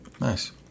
Nice